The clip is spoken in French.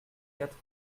quatre